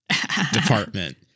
department